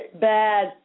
bad